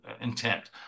intent